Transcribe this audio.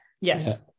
yes